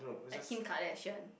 like Kim-Kardashian